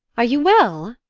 are you well?